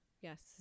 Yes